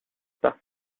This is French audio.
pas